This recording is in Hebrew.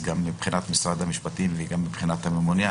מבחינת משרד המשפטים וגם מבחינת הממונה.